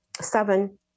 seven